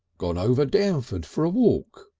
gone over downford for a walk,